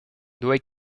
doigts